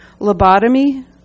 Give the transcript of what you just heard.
Lobotomy